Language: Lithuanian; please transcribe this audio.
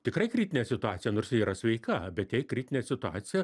tikrai kritinė situacija nors ji yra sveika bet jai kritinė situacija